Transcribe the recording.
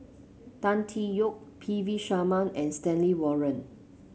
Tan Tee Yoke P V Sharma and Stanley Warren